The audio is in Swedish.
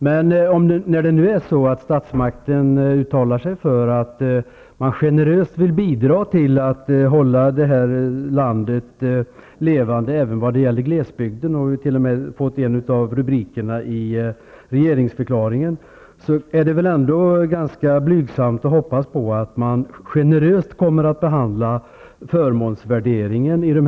Men när staten uttalar sig för att man generöst vill bidra till att hålla det här landet levande även när det gäller glesbygden och då detta tagits in i regeringsförklaringen, så är det väl ganska blygsamt att hoppas att man kommer att behandla också förmånsvärderingen generöst.